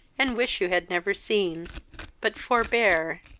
and wish you had never seen but forbear,